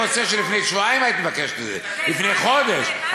הייתי רוצה שלפני שבועיים תבקשי, לפני חודש.